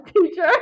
teacher